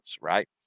Right